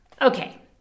Okay